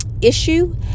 issue